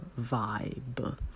vibe